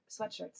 sweatshirts